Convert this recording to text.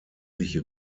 sich